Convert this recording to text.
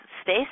space